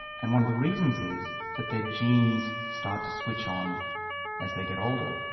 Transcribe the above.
and one of the reasons is that their genes start to switch on as they get older.